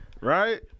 Right